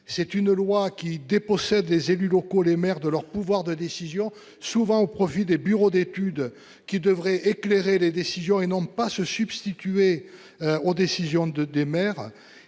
C'est une loi qui dépossède des élus locaux, les maires de leur pouvoir de décision souvent au profit des bureaux d'études qui devrait éclairer les décisions et non pas se substituer aux décisions de des maires